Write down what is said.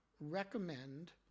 recommend